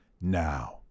now